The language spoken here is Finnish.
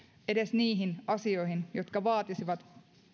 edes niihin asioihin jotka vaatisivat